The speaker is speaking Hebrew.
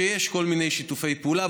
כשיש כל מיני שיתופי פעולה.